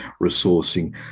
resourcing